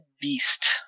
beast